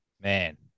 Man